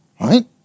Right